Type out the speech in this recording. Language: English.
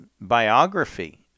biography